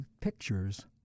pictures